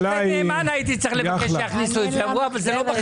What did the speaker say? אילה חסון.